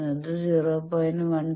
5 എന്നത് 0